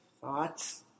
thoughts